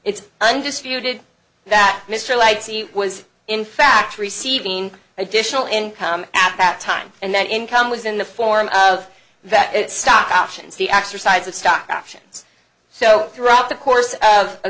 it's undisputed that mr like he was in fact receiving additional income after that time and that income was in the form of that stock options the exercise of stock options so throughout the course of a